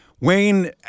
Wayne